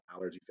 Allergies